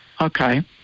Okay